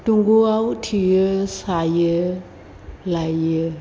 दंग'आव थेयो सायो लायो